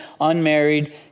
unmarried